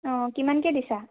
অঁ কিমানকে দিছা